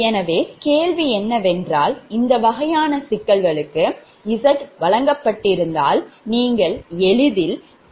எனவே கேள்வி என்னவென்றால் இந்த வகையான சிக்கலுக்கு z வழங்கப்பட்டால் நீங்கள் Z பஸ் அணியை தீர்க்கிறீர்கள்